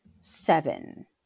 Seven